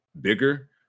bigger